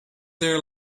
there